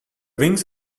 wings